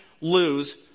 lose